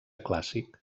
clàssic